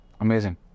amazing